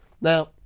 Now